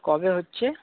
কবে হচ্ছে